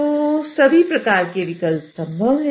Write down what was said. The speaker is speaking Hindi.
तो सभी प्रकार के विकल्प संभव हैं